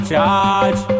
Charge